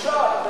בושה,